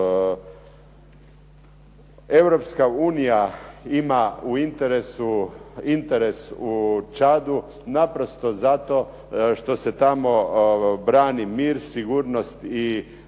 Europska unija ima u interesu interes u Čadu, naprosto zato što se temo brani mir, sigurnost i dostojanstvo